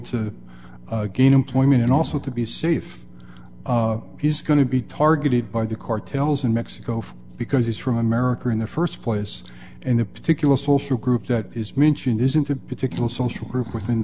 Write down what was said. to gain employment and also to be safe he's going to be targeted by the cartels in mexico because he's from america in the first place and the particular social group that is mentioned isn't a particular social group within